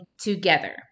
together